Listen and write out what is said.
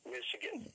Michigan